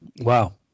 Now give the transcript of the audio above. Wow